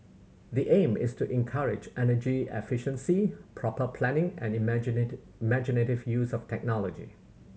the aim is to encourage energy efficiency proper planning and imaginative use of technology